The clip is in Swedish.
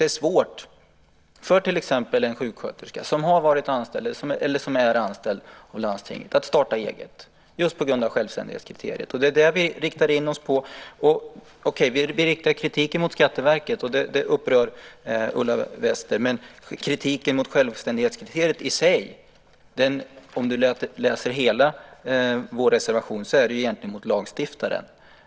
Det är svårt för till exempel en sjuksköterska som har varit anställd eller som är anställd av landstinget att starta eget just på grund av självständighetskriteriet. Det är det vi riktar in oss på. Okej, vi riktar kritik mot Skatteverket och det upprör Ulla Wester. Men kritiken mot självständighetskriteriet i sig riktar sig egentligen mot lagstiftaren. Det ser du om du läser hela vår reservation.